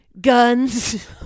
guns